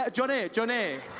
ah johnny, johnny!